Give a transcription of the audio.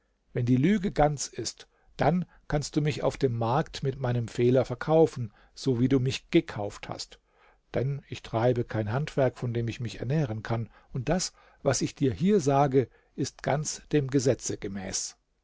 wenn die lüge ganz ist dann kannst du mich auf dem markt mit meinem fehler verkaufen so wie du mich gekauft hast denn ich treibe kein handwerk von dem ich mich ernähren kann und das was ich dir hier sage ist ganz dem gesetze gemäß